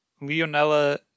Leonella